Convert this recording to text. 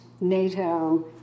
NATO